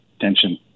tension